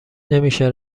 نمیشه